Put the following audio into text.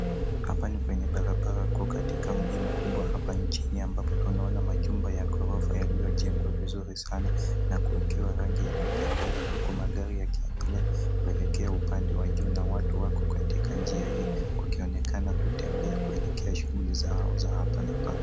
Hapa ni kwenye barabara kuu katika mji mkubwa hapa nchini ambapo tunaona majumba ya ghorofa yaliyojengwa vizuri sana na kuwekewa rangi ya kupendeza huku magari yakiendelea kuelekea upande wa juu na watu wako katika njia hii wakionekana kutembea kuelekea shughuli zao za hapa na pale.